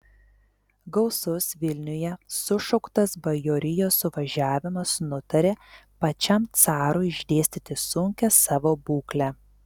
gausus vilniuje sušauktas bajorijos suvažiavimas nutarė pačiam carui išdėstyti sunkią savo būklę